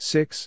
Six